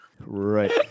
Right